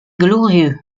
glorieux